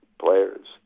players